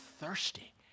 thirsty